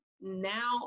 now